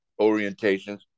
orientations